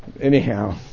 Anyhow